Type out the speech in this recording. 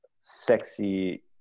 sexy